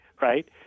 Right